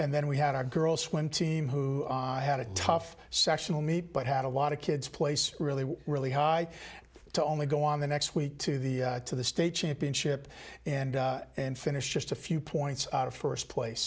and then we had our girl swim team who had a tough sectional meet but had a lot of kids place really really high to only go on the next week to the to the state championship and and finish just a few points out of first place